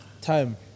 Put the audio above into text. Time